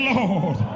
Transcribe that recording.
Lord